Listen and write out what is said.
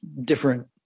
different